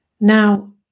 now